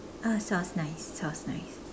uh sounds nice sounds nice